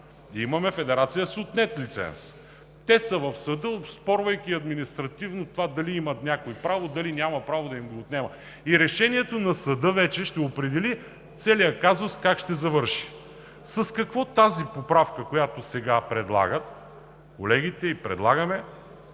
имаме федерация с отнет лиценз. Те са в съда, оспорвайки административно това дали има някой право, дали няма право да им го отнема. Решението на съда вече ще определи как ще завърши целият казус. С какво тази поправка, която сега предлагаме, ще повлияе